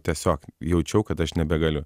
tiesiog jaučiau kad aš nebegaliu